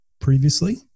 previously